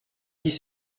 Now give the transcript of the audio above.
dix